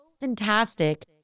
fantastic